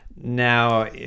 now